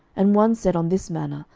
and one said on this manner,